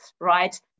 right